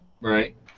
Right